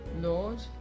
Lord